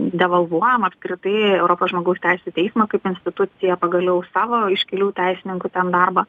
devalvuojam apskritai europos žmogaus teisių teismą kaip instituciją pagaliau savo iškilių teisininkų ten darbą